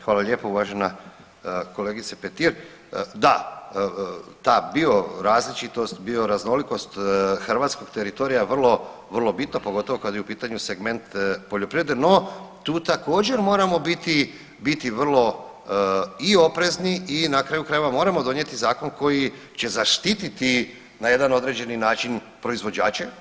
Hvala lijepa uvažena kolegice Petir, da ta biorazličitost, bioraznolikost hrvatskog teritorija je vrlo, vrlo bitno pogotovo kad je u pitanju segment poljoprivrede, no tu također moramo biti, biti vrlo i oprezni i na kraju krajeva moramo donijeti zakon koji će zaštiti na jedan određeni način proizvođače.